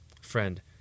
friend